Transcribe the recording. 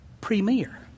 premier